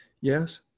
yes